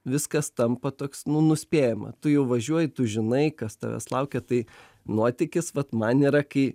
viskas tampa toks nu nuspėjama tu jau važiuoji tu žinai kas tavęs laukia tai nuotykis vat man yra kai